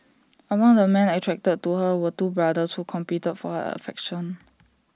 among the men attracted to her were two brothers who competed for her affection